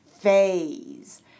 phase